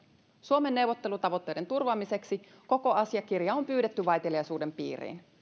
suomen neuvottelutavoitteiden turvaamiseksi koko asiakirja on pyydetty vaiteliaisuuden piiriin